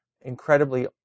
incredibly